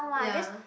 ya